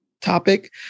topic